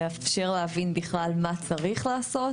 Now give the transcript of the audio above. לאפשר להבין בכלל מה צריך לעשות,